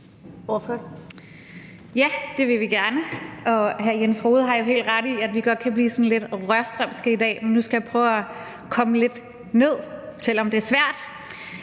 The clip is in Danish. Ja, det vil vi gerne, og hr. Jens Rohde har jo helt ret i, at vi godt kan blive sådan lidt rørstrømske i dag, men nu skal jeg prøve at komme lidt ned, selv om det er svært.